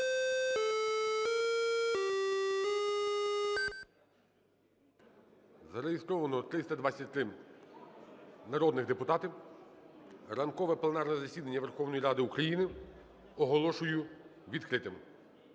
Зареєстровано 323 народних депутати. Ранкове пленарне засідання Верховної Ради України оголошую відкритим.